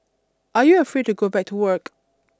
are you afraid to go back to work